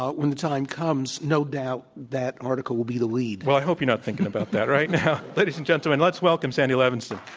ah when the time comes, no doubt that article will be the lead. well, i hope you're not thinking about that right now. ladies and gentlemen, let's welcome sandy levinson.